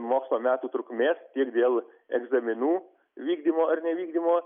mokslo metų trukmės tiek dėl egzaminų vykdymo ar nevykdymo